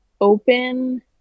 open